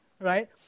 Right